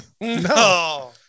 No